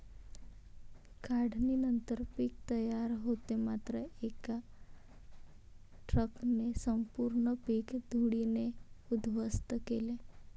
काढणीनंतर पीक तयार होते मात्र एका ट्रकने संपूर्ण पीक धुळीने उद्ध्वस्त केले